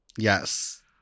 Yes